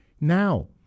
now